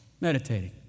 meditating